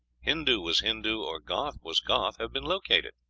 hindoo was hindoo, or goth was goth, have been located!